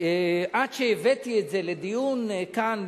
עד שהבאתי את זה לדיון כאן,